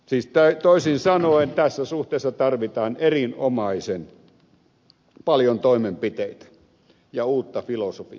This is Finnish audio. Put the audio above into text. siis toisin sanoen tässä suhteessa tarvitaan erinomaisen paljon toimenpiteitä ja uutta toimintafilosofiaa